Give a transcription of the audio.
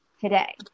today